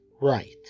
right